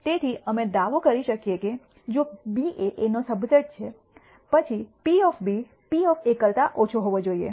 તેથી અમે દાવો કરી શકીએ કે જો B એ A નો સબસેટ છે પછી P P કરતા ઓછો હોવો જોઈએ